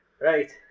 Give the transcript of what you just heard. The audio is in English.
right